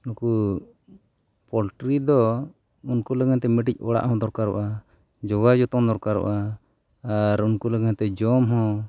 ᱱᱩᱠᱩ ᱯᱳᱞᱴᱨᱤ ᱫᱚ ᱩᱱᱠᱩ ᱞᱟᱹᱜᱤᱫ ᱛᱮ ᱢᱤᱫᱴᱤᱡ ᱚᱲᱟᱜ ᱦᱚᱸ ᱫᱚᱨᱠᱟᱨᱚᱜᱼᱟ ᱡᱚᱜᱟᱣ ᱡᱚᱛᱚᱱ ᱫᱚᱨᱠᱟᱨᱚᱜᱼᱟ ᱟᱨ ᱩᱱᱠᱩ ᱯᱟᱹᱜᱤᱫ ᱡᱚᱢ ᱦᱚᱸ